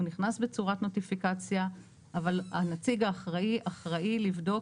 נכנס בצורת נוטיפיקציה אבל הנציג האחראי אחראי לבדוק